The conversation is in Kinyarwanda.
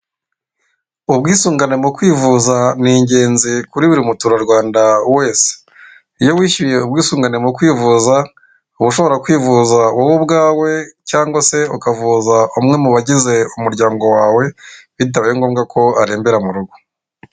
Ubwisungane mu kwivuza ni ingenzi kuri buri muturarwanda wese, iyo wishyuye ubwisungane mu kwivuza uba ushobora kwivuza wowe ubwawe cyangwa se ukavuza umwe mu bagize umuryango wawe, bitabaye ngombwa ko arembera mu rugo.